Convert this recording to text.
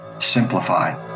Simplified